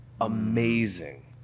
amazing